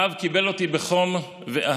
הרב קיבל אותי בחום ואהבה,